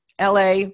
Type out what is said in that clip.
LA